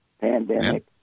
pandemic